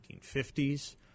1950s